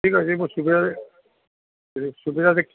ଠିକ୍ ଅଛି ମୁଁ ସୁବିଧାରେ ସୁବିଧା ଦେଖି